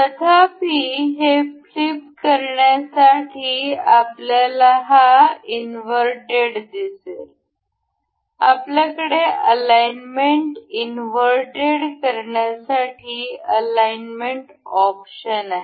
तथापि हे फ्लिप करण्यासाठी आपल्याला हा इन्व्हर्टेड दिसेल आपल्याकडे अलाइनमेंट इन्व्हर्टेड करण्यासाठी अलाइनमेंट ऑप्शन आहे